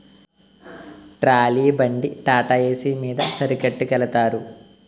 trolley బండి Tata Ace మీద సరుకొట్టికెలతారు